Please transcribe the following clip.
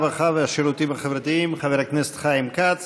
הרווחה והשירותים החברתיים חבר הכנסת חיים כץ